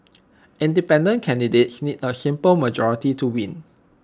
independent candidates need A simple majority to win